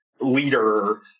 leader